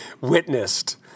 witnessed